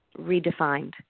redefined